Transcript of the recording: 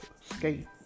skate